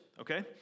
okay